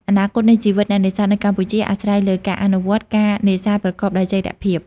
អនាគតនៃជីវិតអ្នកនេសាទនៅកម្ពុជាអាស្រ័យលើការអនុវត្ត ការនេសាទប្រកបដោយចីរភាព។